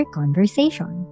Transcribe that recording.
conversation